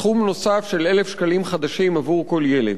סכום נוסף של 1,000 שקלים חדשים עבור כל ילד.